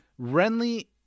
Renly